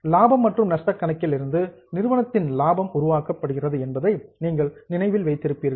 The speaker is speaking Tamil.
லாபம் மற்றும் நஷ்டக் கணக்கில் இருந்து நிறுவனத்தின் லாபம் உருவாக்கப்படுகிறது என்பதை நீங்கள் நினைவில் வைத்திருப்பீர்கள்